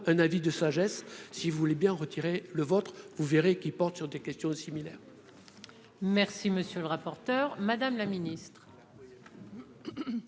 un avis de sagesse, si vous voulez bien retirer le vôtre, vous verrez qu'il porte sur des questions de similaire.